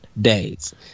days